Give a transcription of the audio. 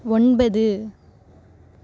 ஒன்பது